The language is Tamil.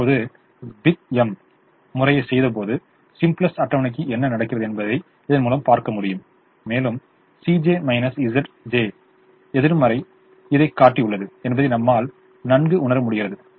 இப்போது பிக் எம் முறையைச் செய்தபோது சிம்ப்ளக்ஸ் அட்டவணைக்கு என்ன நடக்கிறது என்பதை இதன் மூலம் பார்க்க முடியும் மேலும் ன் எதிர்மறை இதைக் காட்டியது என்பதை நம்மால் நன்கு உணர முடிகிறது